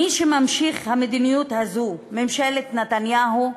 מי שממשיך את המדיניות הזאת, ממשלת נתניהו,